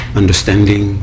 understanding